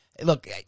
Look